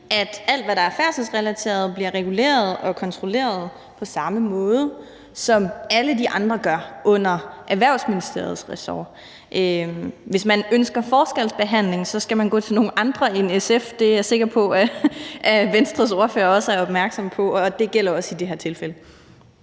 at alt, hvad der er færdselsrelateret, bliver reguleret og kontrolleret på samme måde, som alt det andet under Erhvervsministeriets ressort gør. Hvis man ønsker forskelsbehandling, skal man gå til nogle andre end SF; det er jeg sikker på at Venstres ordfører også er opmærksom på, og det gælder også i det her tilfælde.